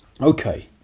Okay